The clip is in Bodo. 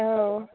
औ